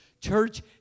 church